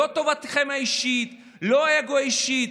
לא טובתכם האישית, לא האגו האישי.